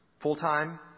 full-time